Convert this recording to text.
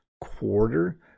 Quarter